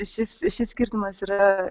šis šis skirtumas yra